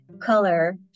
color